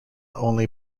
only